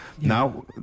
now